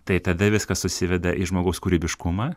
tai tada viskas susiveda į žmogaus kūrybiškumą